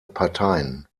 parteien